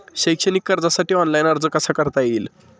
शैक्षणिक कर्जासाठी ऑनलाईन अर्ज कसा करता येईल?